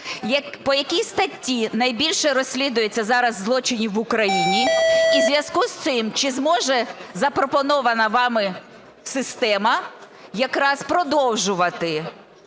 по якій статті найбільше розслідується зараз злочинів в Україні? І в зв'язку з цим чи зможе запропонована вами система якраз продовжувати